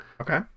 Okay